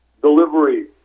delivery